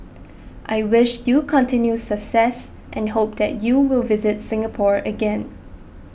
I wish you continued success and hope that you will visit Singapore again